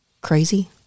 crazy